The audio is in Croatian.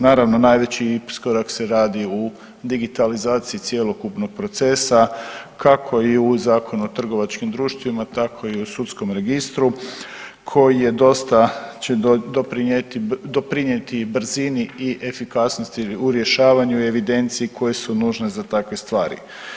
Naravno najveći iskorak se radi u digitalizaciji cjelokupnog procesa kako i u Zakonu o trgovačkim društvima tako i u Sudskom registru koji je dosta će doprinijeti brzini i efikasnosti u rješavanju i evidenciji koje su nužne za takve stvari.